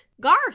garth